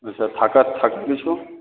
আচ্ছা থাকার থাকার কিছু